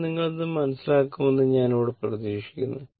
അതിനാൽ നിങ്ങൾ ഇത് മനസ്സിലാക്കുമെന്ന് ഞാൻ പ്രതീക്ഷിക്കുന്നു